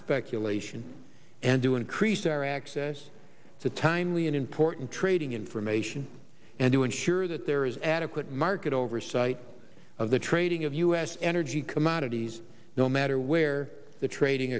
speculation and to increase our access to timely and important trading information and to ensure that there is adequate market oversight of the trading of u s energy commodities no matter where the trading